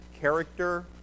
Character